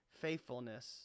faithfulness